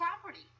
property